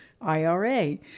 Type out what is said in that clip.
IRA